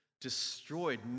destroyed